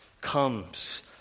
comes